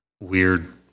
weird